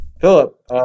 Philip